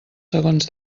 segons